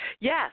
yes